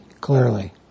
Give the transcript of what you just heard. clearly